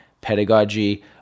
pedagogy